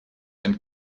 and